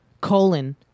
colon